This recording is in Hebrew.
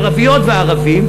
ערביות וערבים,